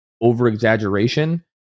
over-exaggeration